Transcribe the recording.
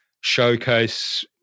showcase